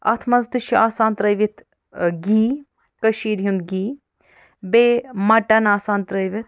اتھ منٛز تہِ چھُ آسان ترٛٲوِتھ گھی کٔشیٖر ہُنٛد گھی بیٚیہِ مٹن آسان ترٛٲوِتھ